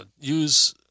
use